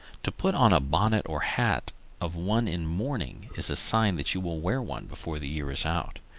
to put on a bonnet or hat of one in mourning is a sign that you will wear one before the year is out.